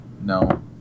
no